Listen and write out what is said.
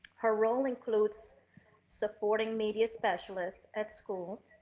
her role includes supporting media specialists at school,